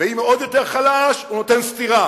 ואם הוא עוד יותר חלש, הוא נותן סטירה,